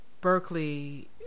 Berkeley